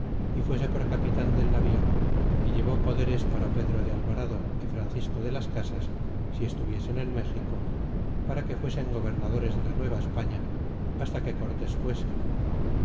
de importancia y fuese por capitan del navío y llevó poderes para pedro de albarado y francisco de las casas si estuviesen en méxico para que fuesen gobernadores de la nueva españa hasta que cortés fuese